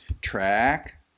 track